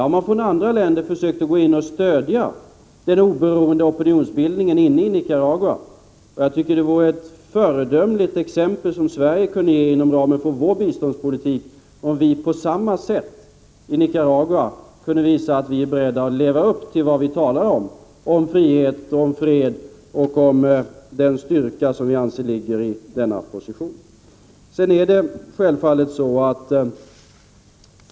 Andra länder har försökt gå in och stödja den oberoende opinionsbildningen inne i Nicaragua, och jag tycker att det vore ett föredömligt exempel som Sverige kunde ge inom ramen för vår biståndspolitik, om vi på samma sätt i Nicaragua kunde visa att vi är beredda att leva upp till vad vi talar om = om frihet, om fred och om den styrka som vi anser ligger i denna position.